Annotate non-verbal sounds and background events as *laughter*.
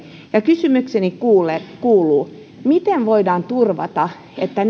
ja kysymykseni kuuluu miten voidaan turvata että *unintelligible*